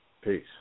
Peace